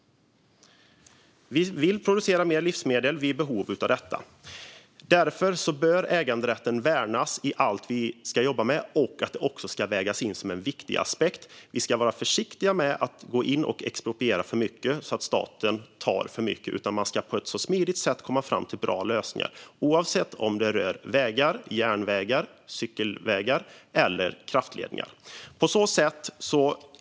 Vi vill producera mer livsmedel och är i behov av detta. Därför bör äganderätten värnas i allt vi jobbar med, och den ska vägas in som en viktig aspekt. Vi ska vara försiktiga med att gå in och expropriera för mycket så att staten tar för mycket. Vi ska i stället på ett så smidigt sätt som möjligt komma fram till bra lösningar, oavsett om det rör vägar, järnvägar, cykelvägar eller kraftledningar.